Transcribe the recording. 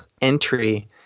entry